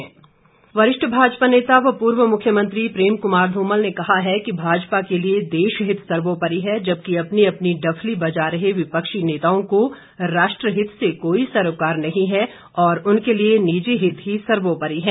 धूमल वरिष्ठ भाजपा नेता व पूर्व मुख्यमंत्री प्रेम कुमार धूमल ने कहा है कि भाजपा के लिए देशहित सर्वोपरि है जबकि अपनी अपनी डफली बजा रहे विपक्षी नेताओं को राष्ट्रहित से कोई सरोकार नहीं है और उनके लिए निजी हित ही सर्वोपरि है